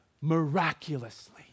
Miraculously